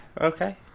okay